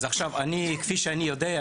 כפי שאני יודע,